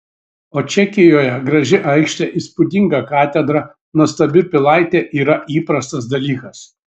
o čekijoje graži aikštė įspūdinga katedra nuostabi pilaitė yra įprastas dalykas